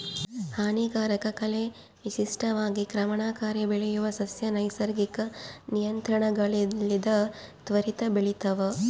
ಹಾನಿಕಾರಕ ಕಳೆ ವಿಶಿಷ್ಟವಾಗಿ ಕ್ರಮಣಕಾರಿ ಬೆಳೆಯುವ ಸಸ್ಯ ನೈಸರ್ಗಿಕ ನಿಯಂತ್ರಣಗಳಿಲ್ಲದೆ ತ್ವರಿತ ಬೆಳಿತಾವ